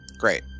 Great